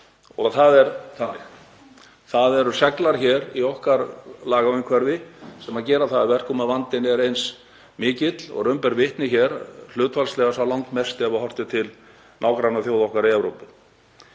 Það eru seglar í okkar lagaumhverfi sem gera það að verkum að vandinn er eins mikill og raun ber vitni hér, hlutfallslega sá langmesti ef horft er til nágrannaþjóða okkar í Evrópu.